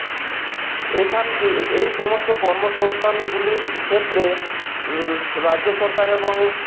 এখানকে এএই সমস্ত কর্মসংস্থানগুলির ক্ষেত্রে রাজ্য সরকার এবং